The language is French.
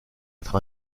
être